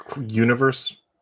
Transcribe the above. universe